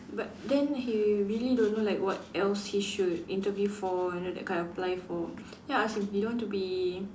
but then he really don't know like what else he should interview for you know that kind apply for then I ask him you don't want to be